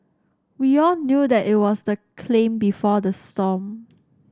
we all knew that it was the claim before the storm